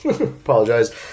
apologize